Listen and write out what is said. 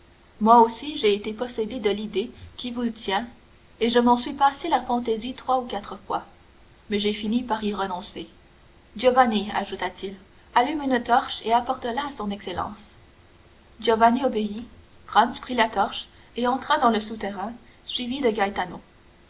moi aussi j'ai été possédé de l'idée qui vous tient et je m'en suis passé la fantaisie trois ou quatre fois mais j'ai fini par y renoncer giovanni ajouta-t-il allume une torche et apporte la à son excellence giovanni obéit franz prit la torche et entra dans le souterrain suivi de gaetano